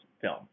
film